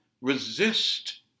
resist